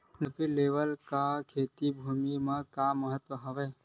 Dumpy level का खेती भुमि म का महत्व हावे?